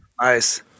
Nice